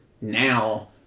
now